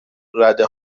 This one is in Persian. رده